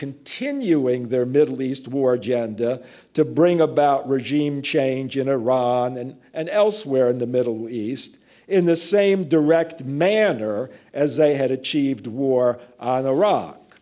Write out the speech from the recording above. continuing their middle east war agenda to bring about regime change in iran and elsewhere in the middle east in the same direct manner as they had achieved war in iraq